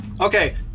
Okay